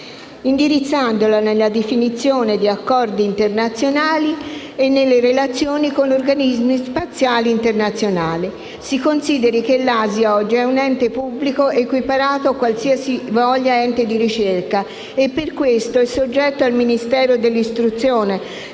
indirizzandola nella definizione di accordi internazionali e nelle relazioni con organismi spaziali internazionali. Si consideri che l'ASI oggi è un ente pubblico equiparato a qualsivoglia ente di ricerca e, per questo, è soggetto al Ministero dell'istruzione,